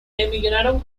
emigraron